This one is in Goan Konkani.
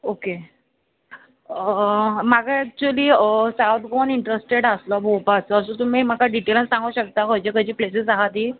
ओके म्हाका एक्चुली सावथ गोवन इंट्रस्टेड आसलो भोंवपा सो सो तुमी म्हाका डिटेल सांगू शकता खंयचे खंयची प्लेसीस आहा ती